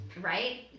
Right